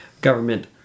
government